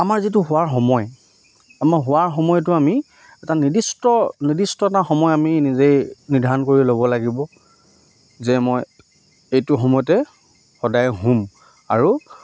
আমাৰ যিটো শুৱাৰ সময় আমাৰ শুৱাৰ সময়তো আমি এটা নিৰ্দিষ্ট নিৰ্দিষ্ট এটা সময় আমি নিজেই নিৰ্ধাৰণ কৰি ল'ব লাগিব যে মই এইটো সময়তে সদায় শুম আৰু